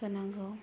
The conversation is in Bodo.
होनांगौ